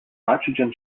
nitrogen